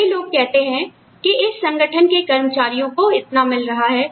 कई लोग कहते हैं कि इस संगठन के कर्मचारीयो को इतना मिल रहा है